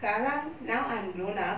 sekarang now I'm grown up